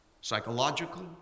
psychological